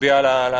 מצביע על המורכבות.